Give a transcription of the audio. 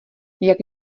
jak